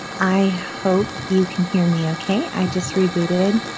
i hope you can hear me okay. i just rebooted.